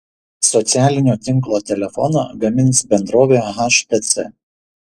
socialinio tinklo telefoną gamins bendrovė htc